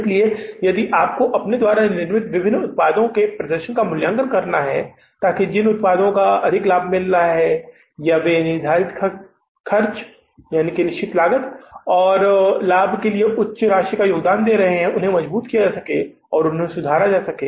इसलिए यदि आपको अपने द्वारा निर्मित विभिन्न उत्पादों के प्रदर्शन का मूल्यांकन करना है ताकि जिन उत्पादों को अधिक लाभ मिल रहा है या वे निर्धारित खर्च और लाभ के लिए उच्च राशि का योगदान दे रहे हैं वे मजबूत हो सकें उन्हें और सुधारा जाये